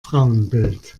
frauenbild